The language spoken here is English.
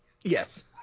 Yes